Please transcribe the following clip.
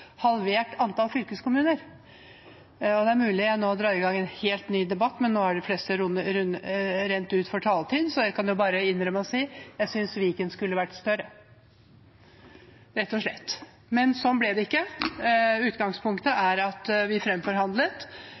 halvert antallet fylkeskommuner. Det er mulig jeg nå drar i gang en helt ny debatt, men nå har taletiden rent ut for de fleste, så jeg kan bare innrømme og si at jeg synes Viken skulle vært større – rett og slett. Men slik ble det ikke. Vi fremforhandlet med utgangspunkt i at Kristelig Folkeparti, Venstre, Høyre og Fremskrittspartiet ble enige om at vi